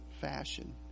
fashion